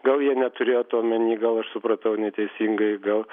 gal jie neturėjo to omeny gal aš supratau neteisingai gal